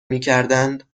میکردند